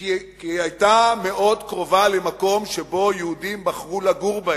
כי היא היתה מאוד קרובה למקום שבו יהודים בחרו לגור,